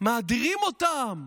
מאדירים אותם,